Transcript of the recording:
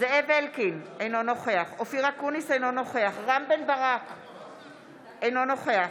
זאב אלקין, אינו נוכח אופיר אקוניס, אינו נוכח